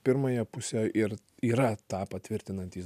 pirmąją pusę ir yra tą patvirtinantys